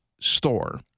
store